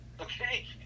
Okay